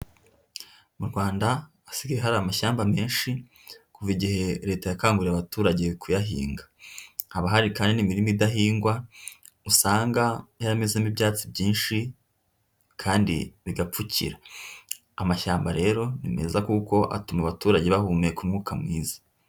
Mu Rwanda hasigaye hari amashyamba menshi, kuva igihe Leta yakanguriye abaturage kuyahinga. Haba hari kandi n'imirima idahingwa, usanga yaramezemo ibyatsi byinshi kandi bigapfukira. Amashyamba rero ni meza kuko atuma abaturage bahumeka umwuka mwiza.